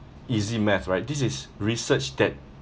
easy math right this is research that